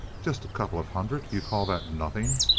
just a couple of hundred! you call that nothing?